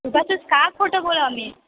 उगाचच का खोटं बोलू आम्ही